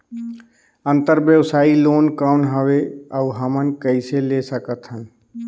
अंतरव्यवसायी लोन कौन हे? अउ हमन कइसे ले सकथन?